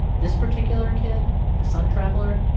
this particular kid, the sun traveler.